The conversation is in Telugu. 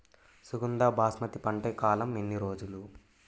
సుగంధ బాస్మతి పంట కాలం ఎన్ని రోజులు?